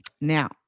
Now